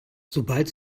sobald